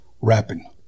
rapping